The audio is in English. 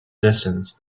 distance